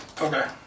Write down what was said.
Okay